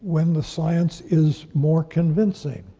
when the science is more convincing.